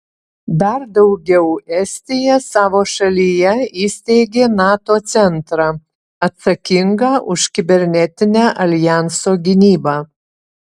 dar daugiau estija savo šalyje įsteigė nato centrą atsakingą už kibernetinę aljanso gynybą